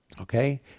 okay